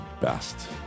best